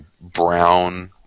brown